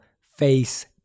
face